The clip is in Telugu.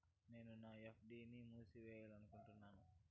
నేను నా ఎఫ్.డి ని మూసేయాలనుకుంటున్నాను